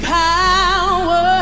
power